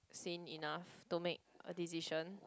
seen enough to make a decision